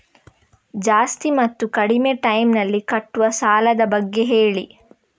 ಜಾಸ್ತಿ ಮತ್ತು ಕಡಿಮೆ ಟೈಮ್ ನಲ್ಲಿ ಕಟ್ಟುವ ಸಾಲದ ಬಗ್ಗೆ ಹೇಳಿ